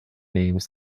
names